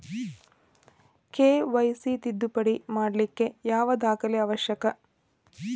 KYC ತಿದ್ದುಪಡಿ ಮಾಡ್ಲಿಕ್ಕೆ ಯಾವ ದಾಖಲೆ ಅವಶ್ಯಕ?